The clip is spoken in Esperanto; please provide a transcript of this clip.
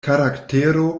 karaktero